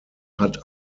hat